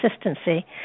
consistency